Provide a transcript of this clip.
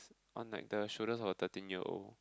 on like the shoulders on a thirteen year old